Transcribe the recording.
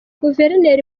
guverineri